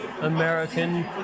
American